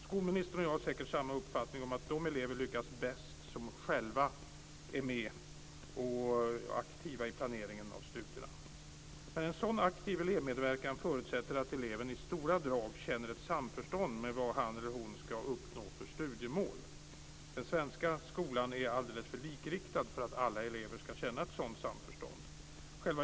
Skolministern och jag har säkert samma uppfattning, att de elever lyckas bäst som själva är med och är aktiva i planeringen av studierna. Men en sådan aktiv elevmedverkan förutsätter att eleven i stora drag känner ett samförstånd med vad han eller hon ska uppnå för studiemål. Den svenska skolan är alldeles för likriktad för att alla elever ska känna ett sådant samförstånd.